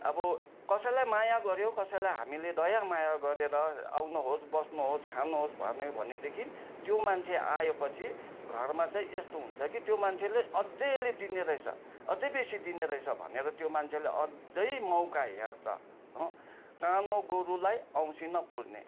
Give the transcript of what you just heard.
अब कसैलाई माया गर्यो कसैलाई हामीले दया माया गरेर आउनु होस् बस्नु होस् खानु होस् भन्यो भनेदेखि त्यो मान्छे आए पछि घरमा चाहिँ यस्तो हुन्छ कि त्यो मान्छेले आज यसले दिने रहेछ अझ बेसी दिने रहेछ भनेर त्यो मान्छेले अझ मौका हेर्छ कानो गोरुलाई औँसी न पूर्णे